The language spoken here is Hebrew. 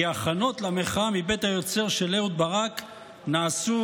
כי ההכנות למחאה מבית היוצר של אהוד ברק נעשו